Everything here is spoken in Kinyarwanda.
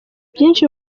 byinshi